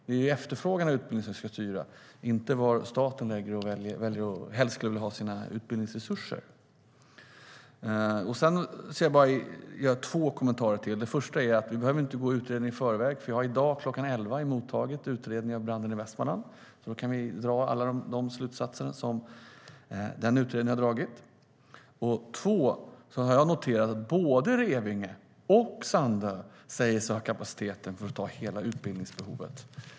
Det är efterfrågan på utbildningen som ska styra, inte var staten helst skulle vilja ha sina utbildningsresurser. Jag har två kommentarer till. För det första behöver vi inte gå utredningen i förväg. Jag har i dag, klockan 11, mottagit utredningen om branden i Västmanland med alla slutsatser. För det andra har jag noterat att både Revinge och Sandö säger sig ha kapacitet för hela utbildningsbehovet.